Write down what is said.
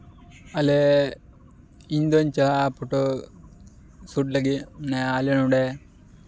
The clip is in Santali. ᱟᱞᱮ ᱤᱧᱫᱩᱧ ᱪᱟᱟᱜᱼᱟ ᱯᱷᱳᱴᱳ ᱥᱩᱴ ᱞᱟᱹᱜᱤᱫ ᱟᱞᱮ ᱱᱚᱸᱰᱮ